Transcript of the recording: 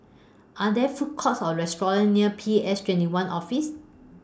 Are There Food Courts Or restaurants near P S twenty one Office